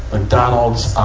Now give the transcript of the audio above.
mcdonald's, um,